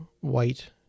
white